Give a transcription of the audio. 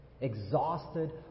exhausted